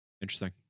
Interesting